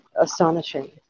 astonishing